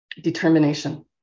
determination